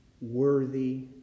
worthy